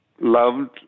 loved